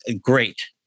great